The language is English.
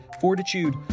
Fortitude